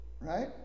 right